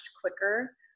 quicker